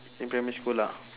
in primary school lah